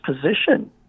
position